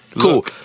Cool